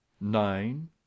nine